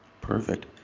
perfect